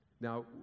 Now